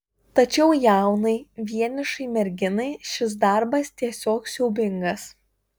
tačiau jaunai vienišai merginai šis darbas tiesiog siaubingas